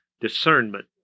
discernment